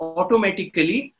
automatically